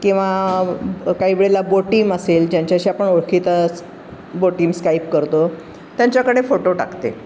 किंवा काही वेळेला बोटिम असेल ज्यांच्याशी आपण ओळखीतच बोटिम स्काईप करतो त्यांच्याकडे फोटो टाकते